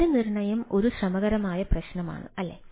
വിലനിർണ്ണയം ഒരു ശ്രമകരമായ പ്രശ്നമാണ് അല്ലേ